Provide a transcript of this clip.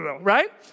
right